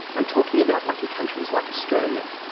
i'm talking about lucky countries like australia.